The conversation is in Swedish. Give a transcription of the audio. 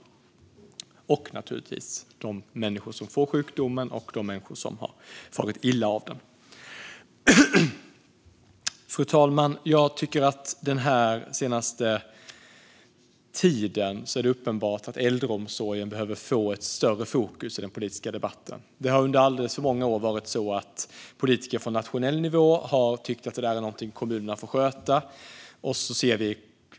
Naturligtvis märks den också för de människor som får sjukdomen och de människor som har farit illa av den. Fru talman! Den senaste tiden tycker jag att det har blivit uppenbart att äldreomsorgen behöver hamna mer i fokus i den politiska debatten. Det har under alldeles för många år varit så att politiker från nationell nivå tyckt att det där är någonting kommunerna får sköta.